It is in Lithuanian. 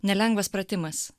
nelengvas pratimas